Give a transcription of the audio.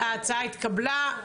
ההצעה התקבלה.